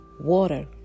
Water